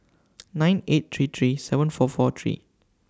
nine eight three three seven four four three